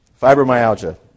Fibromyalgia